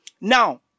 Now